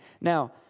Now